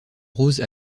rose